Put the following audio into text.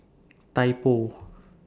Typo